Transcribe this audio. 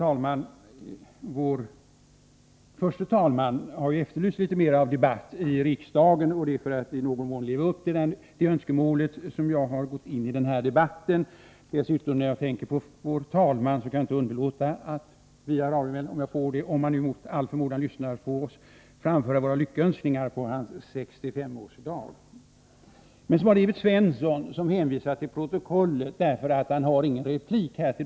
Herr talman! Talman Bengtsson har ju efterlyst litet mer av debatt i riksdagen, och det är delvis för att i någon mån leva upp till det önskemålet som jag har gått in i den här debatten. När jag tänker på vår talman kan jag inte underlåta att via radioanläggningen — om han nu mot all förmodan skulle lyssna på oss — framföra våra lyckönskningar på hans 65-årsdag! Evert Svensson hänvisade till protokollet, eftersom han inte har rätt till någon ytterligare replik.